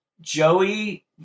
Joey